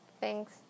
Thanks